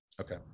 Okay